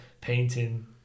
painting